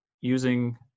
using